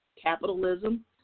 capitalism